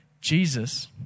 Jesus